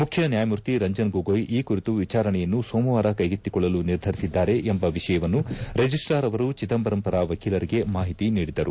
ಮುಖ್ಯ ನ್ಯಾಯಮೂರ್ತಿ ರಂಜನ್ ಗೊಗೋಯ್ ಈ ಕುರಿತು ವಿಚಾರಣೆಯನ್ನು ಸೋಮವಾರ ಕೈಗೆತ್ತಿಕೊಳ್ಳಲು ನಿರ್ಧರಿಸಿದ್ದಾರೆ ಎಂಬ ವಿಷಯವನ್ನು ರಿಜಿಸ್ಟಾರ್ ಅವರು ಚಿದಂಬರಂ ಪರ ವಕೀಲರಿಗೆ ಮಾಹಿತಿ ನೀಡಿದರು